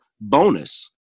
bonus